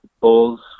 bulls